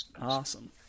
awesome